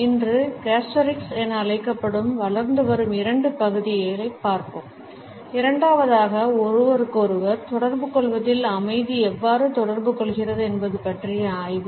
இன்று கஸ்டோரிக்ஸ் என அழைக்கப்படும் வளர்ந்து வரும் இரண்டு பகுதிகளைப் பார்ப்போம் இரண்டாவதாக ஒருவருக்கொருவர் தொடர்புகொள்வதில் அமைதி எவ்வாறு தொடர்பு கொள்கிறது என்பது பற்றிய ஆய்வு